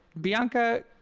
Bianca